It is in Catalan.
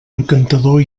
encantador